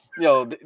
Yo